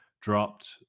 dropped